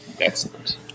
Excellent